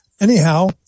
Anyhow